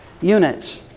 units